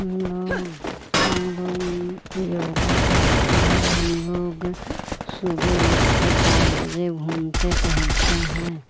हम लोग हम लोग योग करते हैं हम लोग सूबह उठकर चार बजे घूमते टहलते हैं